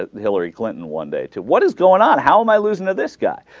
the hillary clinton one day to what is going on how my lesson of this guy